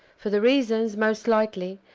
for the reasons, most likely,